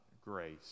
grace